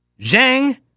Zhang